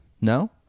No